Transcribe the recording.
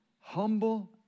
Humble